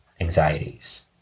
anxieties